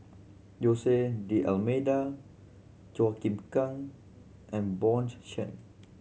Jose D'Almeida Chua Chim Kang and Bjorn Shen